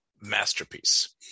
masterpiece